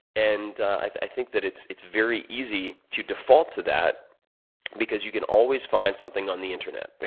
and i think that it's it's very easy to default to that because you can always find something on the internet,